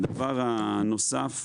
הדבר הנוסף,